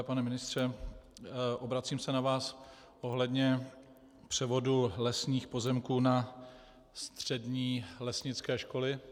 Pane ministře, obracím se na vás ohledně převodu lesních pozemků na střední lesnické školy.